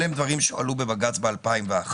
אלה הם דברים שעלו בבג"ץ ב-2001.